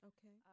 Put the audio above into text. Okay